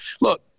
look